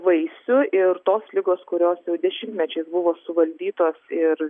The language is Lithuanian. vaisių ir tos ligos kurios jau dešimtmečiais buvo suvaldytos ir